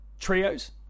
Trios